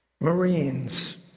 marines